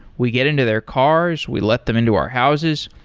we get into their cars. we let them into our houses.